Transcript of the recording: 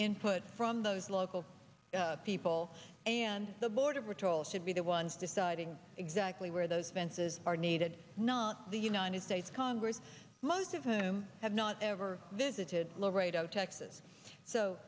input from those local people and the border patrol should be the ones deciding exactly where those fences are needed not the united states congress most of whom have not ever visited laredo texas so